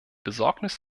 besorgnis